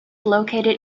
located